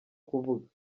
kuvuga